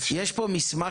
האם יש פה מסמך?